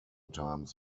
times